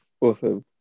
Awesome